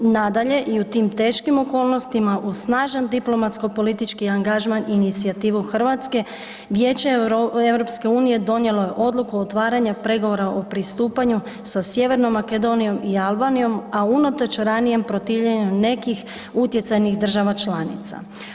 Nadalje, i u tim teškim okolnostima uz snažan diplomatsko politički angažman i inicijativu Hrvatske Vijeće EU donijelo je odluku o otvaranju pregovora o pristupanju sa Sjevernom Makedonijom i Albanijom, a unatoč ranijem protivljenju nekih utjecajnih država članica.